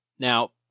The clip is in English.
Now